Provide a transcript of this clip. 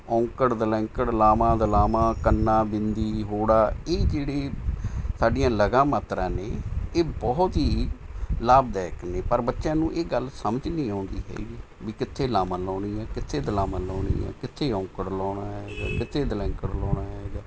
ਔਂਕੜ ਦੁਲੈਂਕੜ ਲਾਵਾਂ ਦੁਲਾਵਾਂ ਕੰਨਾ ਬਿੰਦੀ ਹੋੜਾ ਇਹ ਜਿਹੜੇ ਸਾਡੀਆਂ ਲਗਾਂ ਮਾਤਰਾ ਨੇ ਇਹ ਬਹੁਤ ਹੀ ਲਾਭਦਾਇਕ ਨੇ ਪਰ ਬੱਚਿਆਂ ਨੂੰ ਇਹ ਗੱਲ ਸਮਝ ਨਹੀਂ ਆਉਂਦੀ ਹੈਗੀ ਵੀ ਕਿੱਥੇ ਲਾਵਾਂ ਲਾਉਣੀ ਹੈ ਕਿੱਥੇ ਦੁਲਾਵਾਂ ਲਾਉਣੀ ਹੈ ਕਿੱਥੇ ਔਂਕੜ ਲਾਉਣਾ ਹੈਗਾ ਕਿੱਥੇ ਦੁਲੈਂਕੜ ਲਾਉਣਾ ਹੈਗਾ